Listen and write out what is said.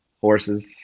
horses